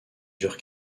dure